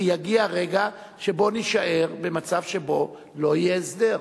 כי יגיע רגע שבו נישאר במצב שבו לא יהיה הסדר.